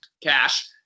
Cash